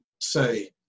say